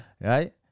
right